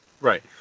Right